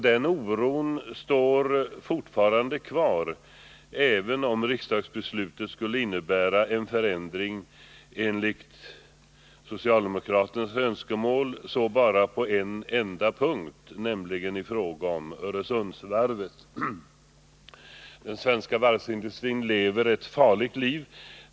Den oron ' kvarstår, även om riksdagsbeslutet skulle innebära en förändring enligt socialdemokraternas önskemål bara på en enda punkt, nämligen i fråga om Öresundsvarvet. Den svenska varvsindustrin lever ett farligt liv.